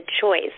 choice